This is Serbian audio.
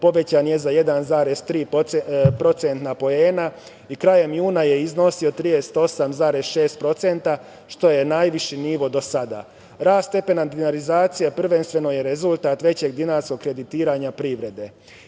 povećan je za 1,3 procentna poena i krajem juna je iznosio 38,6%, što je najviši nivo do sada. Rast stepena dinarizacije prvenstveno je rezultat većeg dinarskog kreditiranja privrede. Inflacija